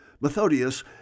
Methodius